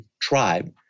tribe